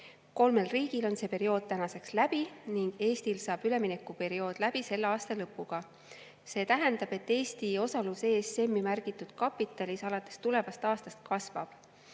Kolmel riigil on see periood tänaseks läbi ning Eestil saab üleminekuperiood läbi selle aasta lõpuga. See tähendab, et Eesti osalus ESM-i märgitud kapitalis alates tulevast aastast kasvab.